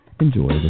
enjoy